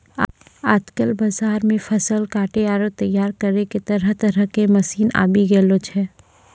आजकल बाजार मॅ फसल काटै आरो तैयार करै के तरह तरह के मशीन आबी गेलो छै